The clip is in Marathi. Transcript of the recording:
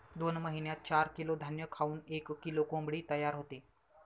दोन महिन्यात चार किलो धान्य खाऊन एक किलो कोंबडी तयार होते